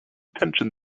detention